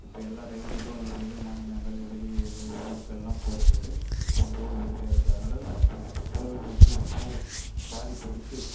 இப்போ எல்லா ரைடுக்கும் வெளி மாநிலங்கள் வெளி ஊருக்கெல்லாம் போகறத்துக்கு ரொம்ப உதவியாக இருக்கு அதனால் பெட்ரோல் பாதிப்பிருக்கு